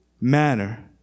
manner